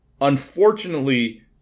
Unfortunately